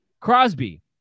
Crosby